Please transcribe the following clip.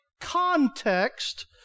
context